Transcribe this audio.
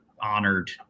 honored